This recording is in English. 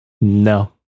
No